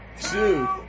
two